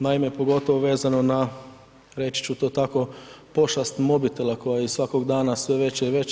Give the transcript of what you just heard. Naime, pogotovo vezano na reći ću to tako, pošast mobitela koja je svakog dana sve veća i veća.